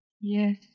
Yes